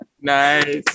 Nice